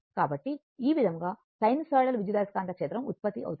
కాబట్టి ఈ విధంగా సైనూసోయిడల్ విద్యుదయస్కాంత క్షేత్రం ఉత్పత్తి అవుతుంది